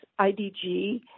IDG